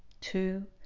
two